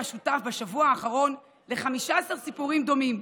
שותף בשבוע האחרון ל-15 סיפורים דומים,